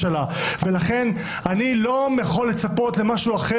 59-61. חברי הכנסת שלא הגיעו.